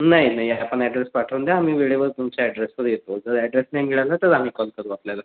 नाही नाही आपण ॲड्रेस पाठवून द्या आम्ही वेळेवर तुमच्या ॲड्रेसवर येतो जर ॲड्रेस नाही मिळाला तर आम्ही कॉल करू आपल्याला